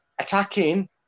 Attacking